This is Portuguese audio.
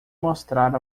mostrar